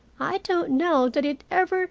i don't know that it ever